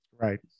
right